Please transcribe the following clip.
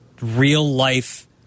real-life